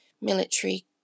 military